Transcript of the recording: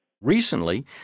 Recently